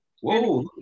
Whoa